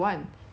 then I said